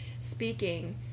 speaking